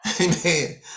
Amen